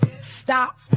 Stop